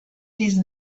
these